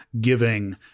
giving